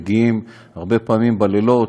מגיעים הרבה פעמים בלילות,